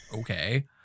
okay